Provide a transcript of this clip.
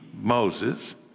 Moses